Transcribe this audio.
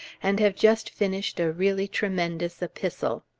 and have just finished a really tremendous epistle.